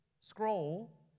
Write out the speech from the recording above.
scroll